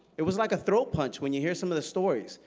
it was like a throat punch, when you hear some the stories.